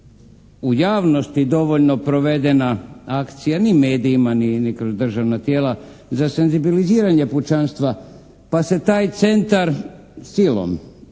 u javnosti dovoljno provedena akcija ni medijima, ni kroz državna tijela za senzibiliziranje pučanstva, pa se taj centar silom